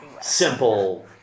Simple